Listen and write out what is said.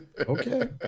Okay